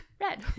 red